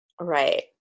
Right